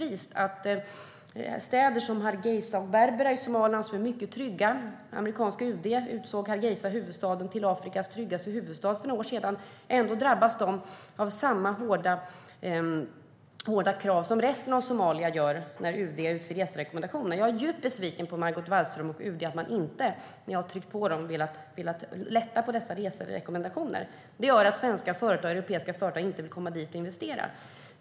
Städer som Hargeisa och Berbera är mycket trygga; amerikanska UD utsåg huvudstaden Hargeisa till Afrikas tryggaste huvudstad för några år sedan. Det är fullständigt horribelt och orättvist att dessa städer ändå drabbas av samma hårda krav som resten av Somalia när UD utfärdar reserekommendationer. Jag är djupt besviken på Margot Wallström och UD över att man, när jag har tryckt på, inte har velat lätta på dessa reserekommendationer. Det gör att svenska och europeiska företag inte vill komma dit och investera.